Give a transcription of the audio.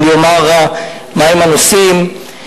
ואני אומר מהם הנושאים.